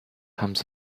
times